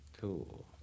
Cool